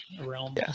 realm